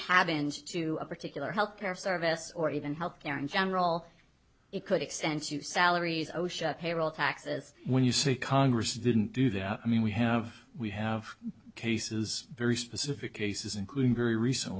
cabins to a particular healthcare service or even healthcare in general it could extend to salaries osha payroll taxes when you say congress didn't do that i mean we have we have cases very specific cases including very recent